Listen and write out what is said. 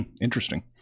Interesting